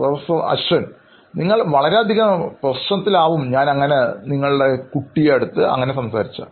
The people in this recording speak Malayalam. പ്രൊഫസർ അശ്വിൻ നിങ്ങൾ വളരെയധികം പ്രശ്നത്തിൽ ആവുന്നതാണ്